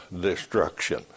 destruction